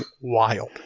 wild